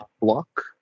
block